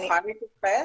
אני יכולה להתייחס?